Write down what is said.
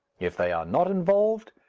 if they are not involved,